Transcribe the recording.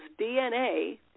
DNA